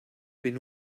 been